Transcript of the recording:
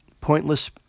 pointless